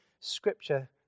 scripture